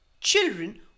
Children